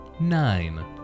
nine